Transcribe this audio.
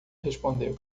respondeu